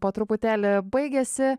po truputėlį baigiasi